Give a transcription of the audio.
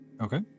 Okay